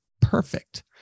perfect